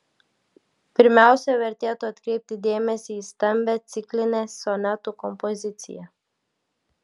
pirmiausia vertėtų atkreipti dėmesį į stambią ciklinę sonetų kompoziciją